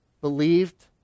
Believed